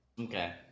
Okay